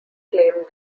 claimed